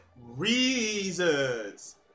reasons